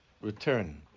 return